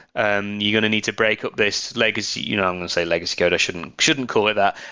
and you're going to need to break up this legacy you know um and say legacy code. i shouldn't shouldn't call it that.